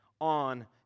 on